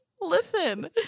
listen